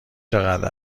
چقدر